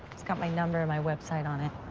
it's got my number and my web site on it.